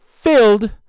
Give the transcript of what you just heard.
filled